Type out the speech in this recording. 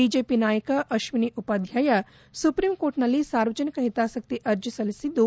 BJP ನಾಯಕ Ashwini Upadhyay supreme ಕೋರ್ಟ್ನಲ್ಲಿ ಸಾರ್ವಜನಿಕ ಹಿತಾಸಕ್ತಿ ಅರ್ಜಿ ಸಲ್ಲಿಸಿದ್ದು